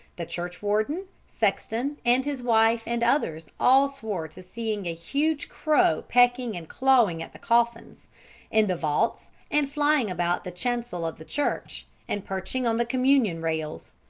the churchwarden, sexton, and his wife and others all swore to seeing a huge crow pecking and clawing at the coffins in the vaults, and flying about the chancel of the church, and perching on the communion rails.